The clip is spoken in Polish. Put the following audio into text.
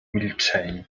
milczeniu